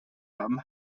haben